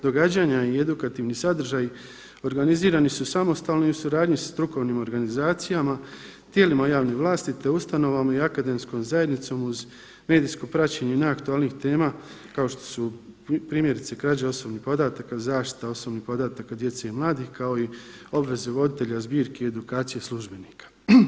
Događanja i edukativni sadržaji organizirani su samostalno i u suradnji sa strukovnim organizacijama, tijelima javne vlasti te ustanovama i akademskom zajednicom uz medijsko praćenje najaktualnijih tema kao što su primjerice krađe osobnih podataka, zaštita osobnih podataka djece i mladih kao i obveze voditelja zbirki edukacije službenika.